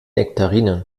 nektarinen